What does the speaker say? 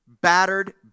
battered